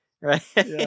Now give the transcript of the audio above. Right